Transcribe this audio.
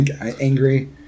angry